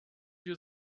wir